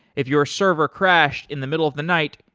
if your server crashed in the middle of the night,